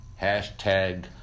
Hashtag